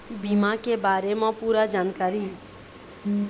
बीमा के बारे म पूरा जानकारी?